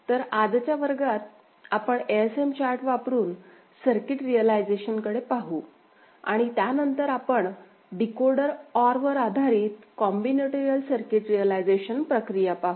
तर आजच्या वर्गात आपण एएसएम चार्ट वापरुन सर्किट रियलायझेशन कडे पाहू आणि त्या नंतर आपण डिकोडर ऑर आधारित कॉम्बिनेटरियल सर्किट रियलायझेशन प्रक्रिया पाहू